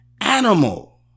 animal